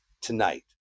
tonight